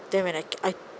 that when I I